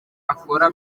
akora